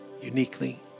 uniquely